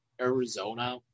Arizona